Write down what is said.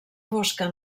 fosca